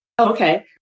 Okay